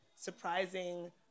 surprising